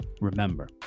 remember